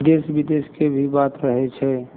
देश बिदेशके भी बात रहै छै